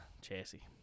chassis